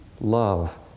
love